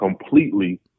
completely